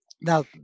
Now